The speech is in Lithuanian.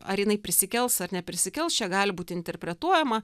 ar jinai prisikels ar neprisikels čia gali būt interpretuojama